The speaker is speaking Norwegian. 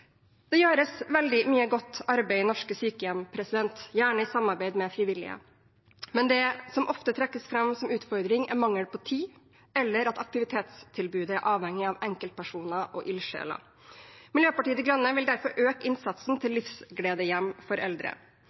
Det gjøres veldig mye godt arbeid i norske sykehjem, gjerne i samarbeid med frivillige. Men det som ofte trekkes fram som en utfordring, er mangel på tid, eller at aktivitetstilbudet er avhengig av enkeltpersoner og ildsjeler. Miljøpartiet De Grønne vil derfor øke innsatsen til Livsgledehjem for eldre.